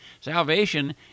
salvation